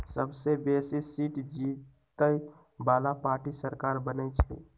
सबसे बेशी सीट जीतय बला पार्टी सरकार बनबइ छइ